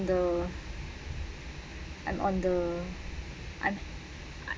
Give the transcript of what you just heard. the I'm on the I'm I